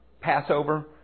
Passover